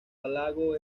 lago